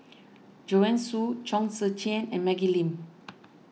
Joanne Soo Chong Tze Chien and Maggie Lim